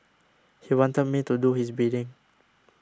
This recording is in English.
he wanted me to do his bidding